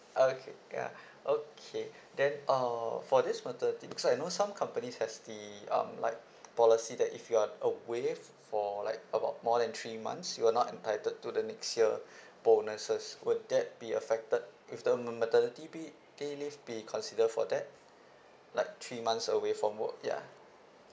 okay ya okay then uh for this maternity lea~ so I know some companies has the um like policy that if you're away for like about more than three months you're not entitled to the next year bonuses would that be affected with the ma~ maternity be paid leave be considered for that like three months away from work yeah